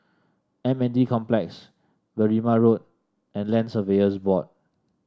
M N D Complex Berrima Road and Land Surveyors Board